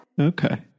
Okay